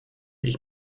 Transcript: ich